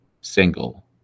single